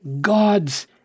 God's